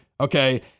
Okay